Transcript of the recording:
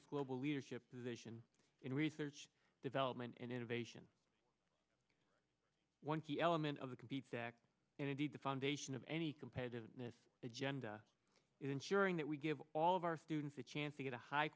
its global leadership position in research development and innovation one key element of the competes act and indeed the foundation of any competitiveness agenda is ensuring that we give all of our students a chance to get a high